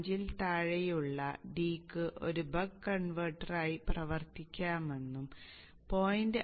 5 ൽ താഴെയുള്ള d യ്ക്ക് ഒരു ബക്ക് കൺവെർട്ടറായി പ്രവർത്തിക്കുമെന്നും 0